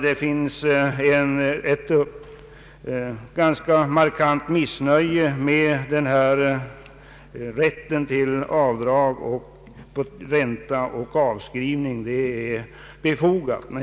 Det ganska markanta missnöjet med rätten till avdrag för ränta och avskrivning är befogat.